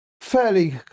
fairly